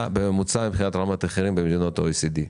בממוצע מבחינת רמת המחירים במדינות ה-OECD.